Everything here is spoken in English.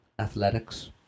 athletics